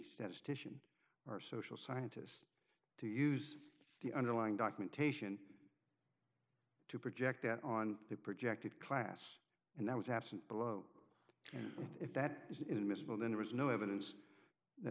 statistician or social scientist to use the underlying documentation to project that on the projected class and that was absent below if that is admissible then there is no evidence that